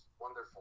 wonderful